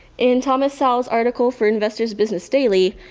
in thomas salz article for investor's business daily,